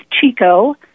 Chico